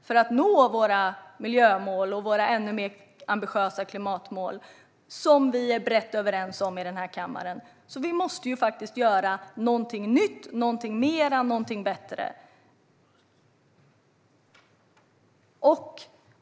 För att nå våra miljömål och våra ännu mer ambitiösa klimatmål, som vi är brett överens om i den här kammaren, måste vi göra någonting nytt, någonting mer, någonting bättre.